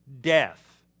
Death